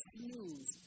news